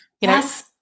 Yes